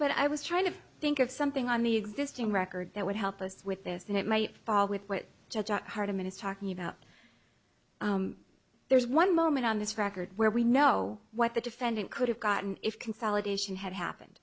but i was trying to think of something on the existing record that would help us with this that might fall with what judge at heart a minute's talking about there's one moment on this record where we know what the defendant could have gotten if consolidation had happened